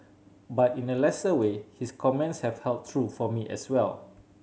but in a lesser way his comments have held true for me as well